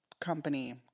company